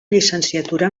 llicenciatura